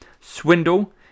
Swindle